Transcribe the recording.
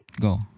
Go